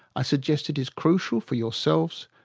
i suggest it is crucial for yourselves,